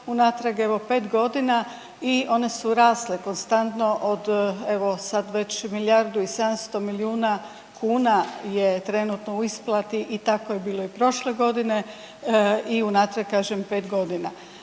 unatrag evo pet godina i one su rasle konstantno od evo sad već milijardu i 700 milijuna kuna je trenutno u isplati i tako je bilo i prošle godine i unatrag kažem 5 godina.